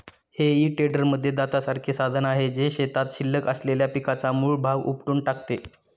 हेई टेडरमध्ये दातासारखे साधन आहे, जे शेतात शिल्लक असलेल्या पिकाचा मूळ भाग उपटून टाकते